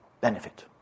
Benefit